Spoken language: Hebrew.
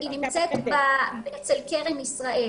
היא נמצאת אצל קרן ישראל.